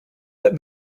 that